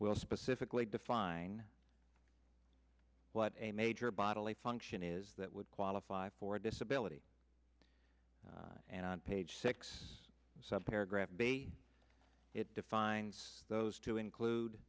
will specifically define what a major bodily function is that would qualify for disability and on page six some paragraph be it defines those to include